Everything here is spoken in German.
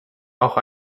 auch